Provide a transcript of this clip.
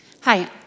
Hi